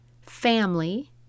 family